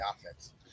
offense